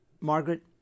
Margaret